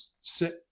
sit